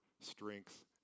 strength